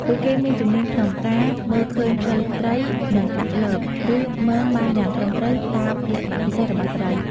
ពួកគេមានជំនាញក្នុងការមើលឃើញផ្លូវត្រី និងដាក់លប ឬមងបានយ៉ាងត្រឹមត្រូវតាមលក្ខណៈពិសេសរបស់ត្រី។